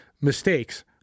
mistakes